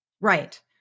Right